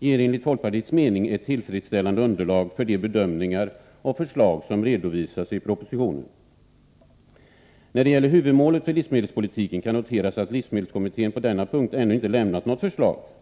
ger enligt folkpartiets mening ett tillfredsställande underlag för de bedömningar och förslag som redovisats i propositionen. När det gäller huvudmålet för livsmedelspolitiken kan noteras att livsmedelskommittén på denna punkt ännu inte lämnat något förslag.